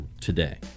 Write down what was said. today